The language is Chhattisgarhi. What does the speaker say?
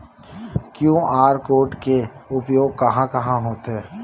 क्यू.आर कोड के उपयोग कहां कहां होथे?